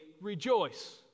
rejoice